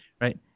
right